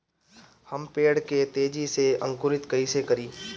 हम पेड़ के तेजी से अंकुरित कईसे करि?